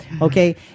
Okay